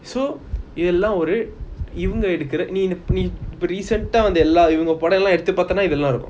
so இத்தலம் ஒரு இவங்க எடுக்குற நீ நீ இப்போ:ithulam oru ivanga eadukura nee nee ipo recent eh வந்த படைத்தளம் எடுத்து பாத இத்தலம் இருக்கும்:vantha padathalam yeaduthu paatha ithalam irukum